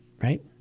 Right